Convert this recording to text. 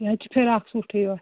یہِ حظ چھِ فِراکھ سوٗٹھٕے یوت